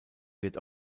wird